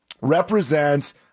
represents